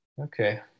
Okay